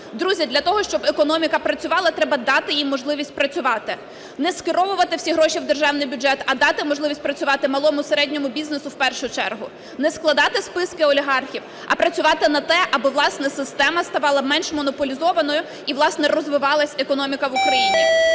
Друзі, для того, щоб економіка працювала, треба дати їй можливість працювати. Не скеровувати всі гроші в державний бюджет, а дати можливість працювати малому, середньому бізнесу в першу чергу. Не складати списки олігархів, а працювати на те, аби, власне, система ставала менш монополізованою і, власне, розвивалась економіка в Україні.